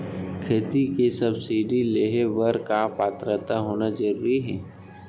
खेती के सब्सिडी लेहे बर का पात्रता होना जरूरी हे?